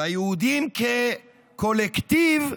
ליהודים כקולקטיב,